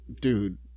dude